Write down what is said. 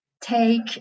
take